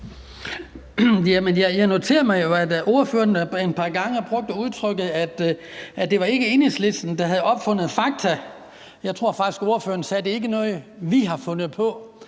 jeg noterede mig jo, at ordføreren et par gange brugte udtrykket, at det ikke var Enhedslisten, der havde opfundet fakta. Jeg tror faktisk, ordføreren sagde: »Det er ikke noget, vi har fundet på«.